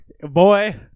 boy